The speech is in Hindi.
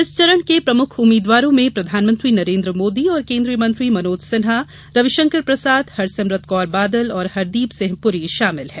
इस चरण के प्रमुख उम्मीदवारों में प्रधानमंत्री नरेंद्र मोदी और केंद्रीय मंत्री मनोज सिन्हा रविशंकर प्रसाद हरसिमरत कौर बादल और हरदीप सिंह पुरी शामिल हैं